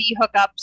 hookups